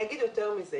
יותר מזה,